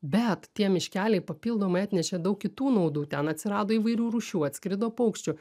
bet tie miškeliai papildomai atnešė daug kitų naudų ten atsirado įvairių rūšių atskrido paukščių